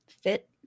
fit